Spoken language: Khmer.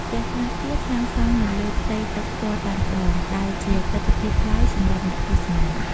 ផ្ទះខ្លះទៀតសាងសង់នៅលើផ្ទៃទឹកផ្ទាល់តែម្តង ដែលជាទិដ្ឋភាពប្លែកសម្រាប់អ្នកទស្សនា។